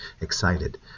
excited